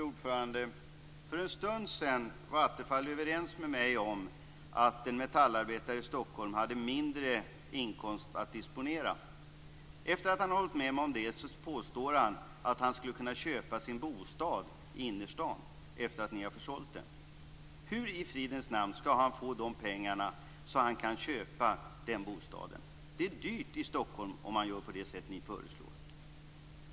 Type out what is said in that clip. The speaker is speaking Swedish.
Fru talman! För en stund sedan var Attefall överens med mig om att en metallarbetare i Stockholm hade mindre inkomst att disponera. Efter att ha hållit med mig om det påstår han att denne skulle kunna köpa sin bostad i innerstaden efter det att ni har försålt den. Hur i fridens namn skall han få pengarna till att kunna köpa den bostaden? Det är dyrt i Stockholm om man gör på det sätt som ni föreslår.